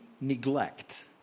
neglect